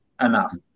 enough